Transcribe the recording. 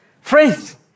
Friends